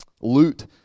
Loot